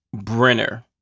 Brenner